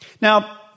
Now